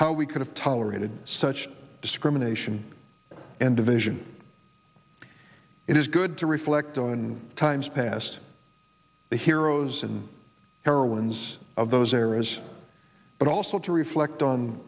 how we could have tolerated such discrimination and division it is good to reflect on in times past the heroes and heroines of those areas but also to reflect on